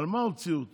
על מה הוציאו אותו?